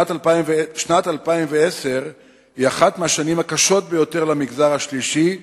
שנת 2010 היא אחת השנים הקשות ביותר למגזר השלישי,